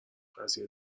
قضیه